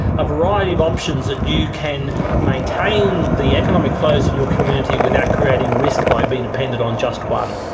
a variety of options that you can maintain the economic flows in your community without creating risk by being dependent on just one.